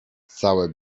całe